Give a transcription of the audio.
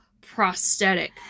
prosthetic